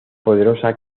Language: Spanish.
poderosa